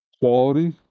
quality